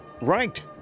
Right